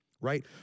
right